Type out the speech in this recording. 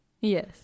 Yes